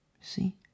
See